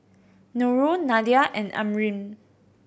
Nurul Nadia and Amrin